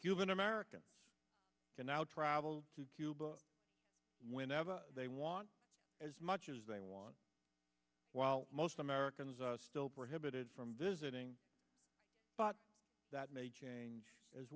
cuban americans can now travel to cuba whenever they want as much as they want while most americans are still prohibited from visiting but that may change as